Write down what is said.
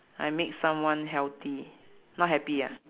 I make someone healthy not happy ah